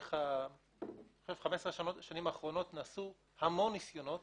במשך 10,15 השנים האחרונות נעשו המון ניסיונות